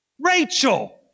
Rachel